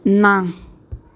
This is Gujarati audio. ના